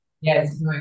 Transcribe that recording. Yes